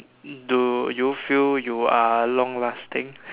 do you feel you are long lasting